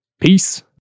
Peace